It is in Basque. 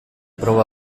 proba